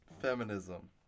Feminism